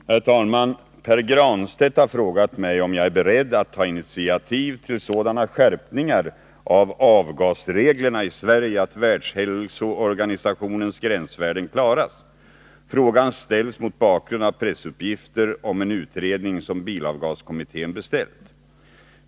Herr talman! Pär Granstedt har frågat mig om jag är beredd att ta initiativ till sådana skärpningar av avgasreglerna i Sverige att Världshälsoorganisationens gränsvärden klaras. Frågan ställs mot bakgrund av pressuppgifter om en utredning som bilavgaskommittén beställt.